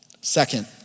Second